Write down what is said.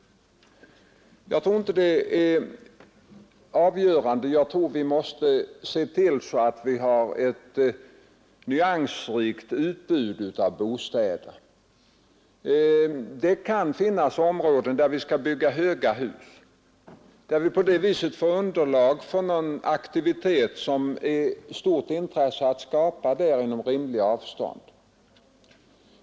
Jag tror att vi måste se till, att vi har ett nyansrikt utbud av bostäder. Det kan finnas områden där vi skall bygga höga hus för att på det viset få underlag för någon aktivitet som är av stort intresse att skapa där inom rimliga avstånd.